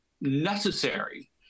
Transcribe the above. necessary